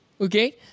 Okay